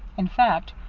in fact,